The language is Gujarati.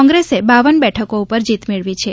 કોંત્રેસે પર બેઠકો ઉપરજીત મેળવી છે